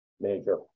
Major